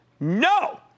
No